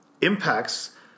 impacts